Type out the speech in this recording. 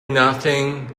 nothing